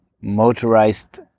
motorized